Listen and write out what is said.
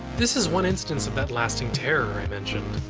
this is one instance of that lasting terror i mentioned.